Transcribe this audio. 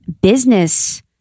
business